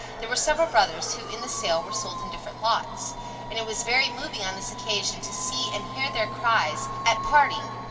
there were several brothers, who, in the sale, were sold in different lots and it was very moving on this occasion to see and hear their cries at parting.